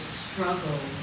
struggle